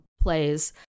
plays